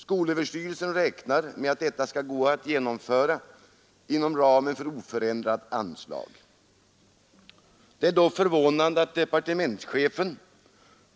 Skolöverstyrelsen räknar med att detta skall gå att genomföra inom ramen för oförändrat anslag. Det är då förvånande att departementschefen